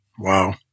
Wow